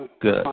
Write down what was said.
Good